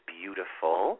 beautiful